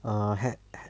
err had had